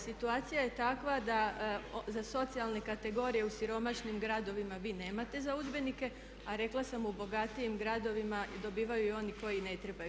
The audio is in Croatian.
Situacija je takva da za socijalne kategorije u siromašnim gradovima vi nemate za udžbenike, a rekla sam u bogatijim gradovima dobivaju i oni koji ne trebaju.